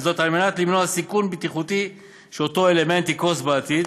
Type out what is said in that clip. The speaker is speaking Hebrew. על מנת למנוע סיכון בטיחותי שאותו אלמנט יקרוס בעתיד.